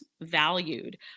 valued